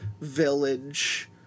village